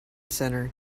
center